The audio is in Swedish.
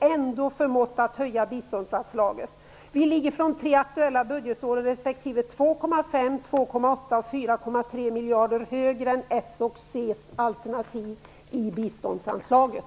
Ändå har vi förmått att höja biståndsanslaget. För de tre aktuella budgetåren ligger vi 2,5 miljarder, 2,8 miljarder och 4,3 miljarder högre än socialdemokraternas och Centerns alternativ när det gäller biståndsanslaget.